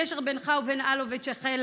הקשר בינך ובין אלוביץ' החל,